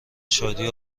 شادی